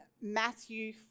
Matthew